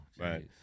Right